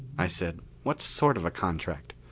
i said, what sort of a contract?